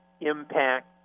impact